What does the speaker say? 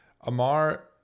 amar